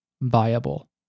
viable